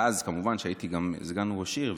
ואז, כמובן, הייתי כבר סגן ראש עיר.